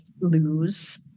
lose